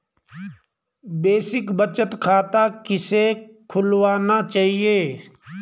Basic बचत खाता किसे खुलवाना चाहिए?